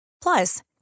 Plus